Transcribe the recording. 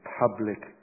public